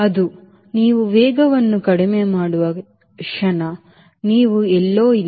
ಅದು ನೀವು ವೇಗವನ್ನು ಕಡಿಮೆ ಮಾಡುವ ಕ್ಷಣ ನೀವು ಎಲ್ಲೋ ಇಲ್ಲ